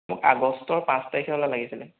মোক আগষ্টৰ পাঁচ তাৰিখে হ'লে লাগিছিলে